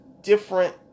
different